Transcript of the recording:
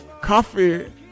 Coffee